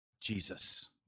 Jesus